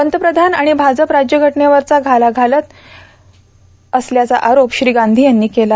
पंतप्रधान आणि भाजप राज्यघटनेवरच घाला घालत असल्याचा आरोप श्री गांधी यांनी केला